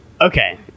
Okay